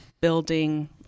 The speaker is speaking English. building